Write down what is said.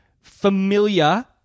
familiar